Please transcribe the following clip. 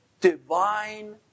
divine